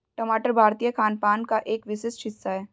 टमाटर भारतीय खानपान का एक विशिष्ट हिस्सा है